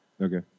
Okay